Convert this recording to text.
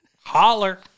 Holler